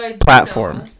platform